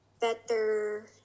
better